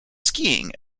skiing